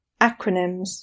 Acronyms